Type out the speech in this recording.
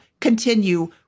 continue